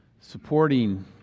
supporting